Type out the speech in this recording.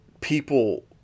people